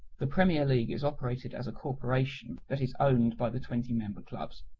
the premier league is operated as a corporation that is owned by the twenty member clubs.